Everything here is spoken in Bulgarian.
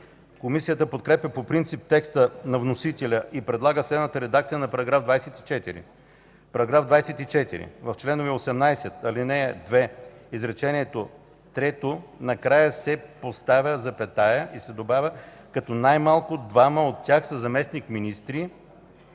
Комисията подкрепя по принцип текста на вносителя и предлага следната редакция на § 24: „§ 24. В чл. 18, ал. 2, изречение трето накрая се поставя запетая и се добавя „като най-малко двама от тях са заместник-министри”